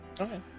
Okay